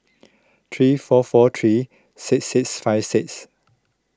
three four four three six six five six